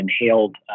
inhaled